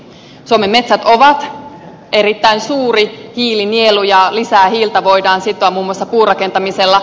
suomen metsät ovat erittäin suuri hiilinielu ja lisää hiiltä voidaan sitoa muun muassa puurakentamisella